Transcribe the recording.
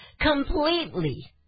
Completely